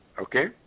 okay